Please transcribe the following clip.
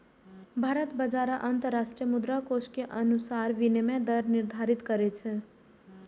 भारत बाजार आ अंतरराष्ट्रीय मुद्राकोष के अनुसार विनिमय दर निर्धारित करै छै